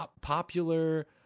popular